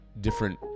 different